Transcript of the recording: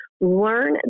learn